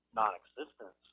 non-existent